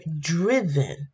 driven